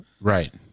Right